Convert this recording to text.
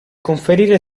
conferire